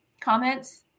comments